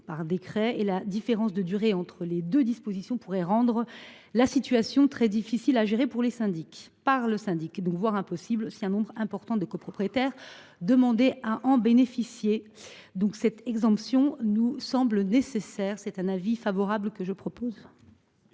par décret et la différence de durée entre les deux dispositions pourrait rendre la situation très difficile à gérer pour les syndics, voire impossible, si un nombre important de copropriétaires demandaient à en bénéficier. Cette exemption nous semble nécessaire. Aussi la commission émet elle